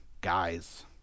guys